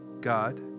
God